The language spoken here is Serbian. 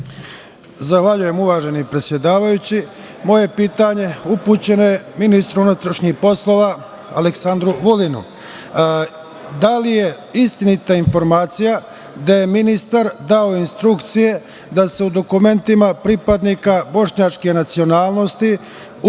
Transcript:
Zahvaljujem, predsedavajući. Moje pitanje upućeno je ministru unutrašnjih poslova Aleksandru Vulinu. Da li je istinita informacija da je ministar dao instrukcije da se u dokumentima pripadnika bošnjačke nacionalnosti u